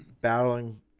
battling